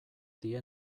die